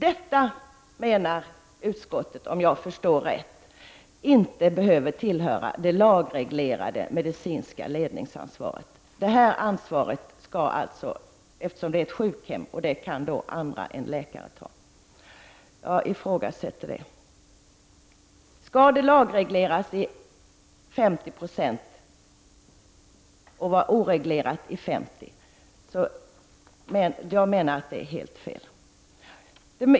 Detta menar utskottet, om jag förstår rätt, behöver inte tillhöra det lagreglerade medicinska ledningsansvaret. Eftersom det är fråga om ett sjukhem kan andra än läkare ta det ansvaret. Jag ifrågasätter det. Skall det lagregleras till 50 96, och skall det vara oreglerat till 50 96? Jag menar att det är helt fel.